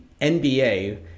NBA